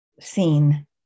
seen